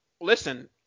listen